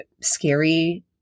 scary